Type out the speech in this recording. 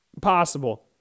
possible